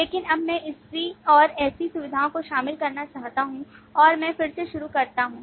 लेकिन अब मैं ऐसी और ऐसी सुविधाओं को शामिल करना चाहता हूं और मैं फिर से शुरू करता हूं